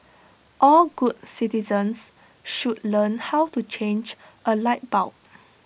all good citizens should learn how to change A light bulb